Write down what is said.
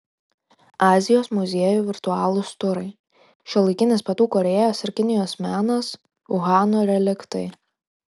azijos muziejų virtualūs turai šiuolaikinis pietų korėjos ir kinijos menas uhano reliktai